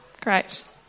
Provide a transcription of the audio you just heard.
Great